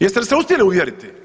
Jeste li se uspjeli uvjeriti?